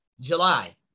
July